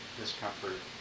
discomfort